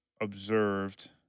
observed